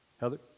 Heather